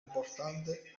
importante